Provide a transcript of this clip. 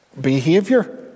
behavior